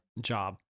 job